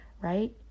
right